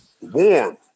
warm